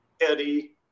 Eddie